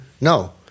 No